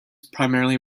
primarily